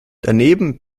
daneben